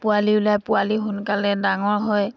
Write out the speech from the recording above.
পোৱালি ওলাই পোৱালি সোনকালে ডাঙৰ হয়